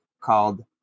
called